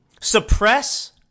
suppress